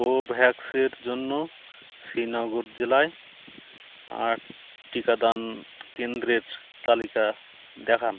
কোভোভ্যাক্সের জন্য শ্রীনগর জেলায় আর টিকাদান কেন্দ্রের তালিকা দেখান